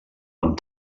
amb